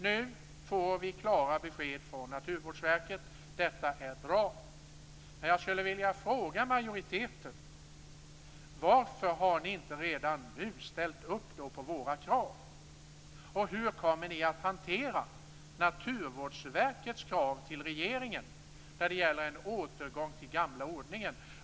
Nu får vi klara besked från Naturvårdsverket, och det är bra. Men jag skulle vilja fråga er i majoriteten: Varför har ni inte redan nu ställt upp på våra krav, och hur kommer ni att hantera Naturvårdsverkets krav till regeringen när det gäller en återgång till den gamla ordningen?